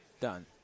done